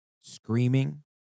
screaming